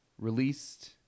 released